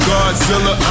Godzilla